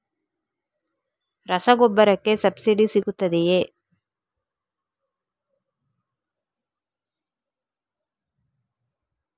ರಸಗೊಬ್ಬರಕ್ಕೆ ಸಬ್ಸಿಡಿ ಸಿಗುತ್ತದೆಯೇ?